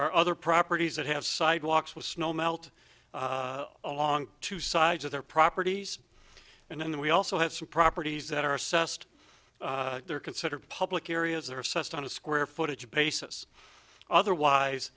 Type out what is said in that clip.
are other properties that have sidewalks with snow melt along two sides of their properties and we also have some properties that are assessed they're considered public areas that are assessed on a square footage basis otherwise